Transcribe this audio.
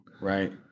right